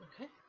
Okay